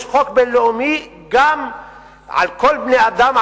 יש חוק בין-לאומי לכל בני-האדם,